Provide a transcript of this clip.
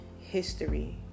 history